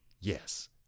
Yes